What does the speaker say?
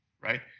Right